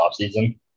offseason